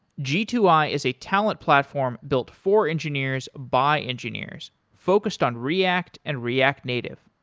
g two i is a talent platform built for engineers, by engineers. focused on react and react native.